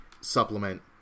supplement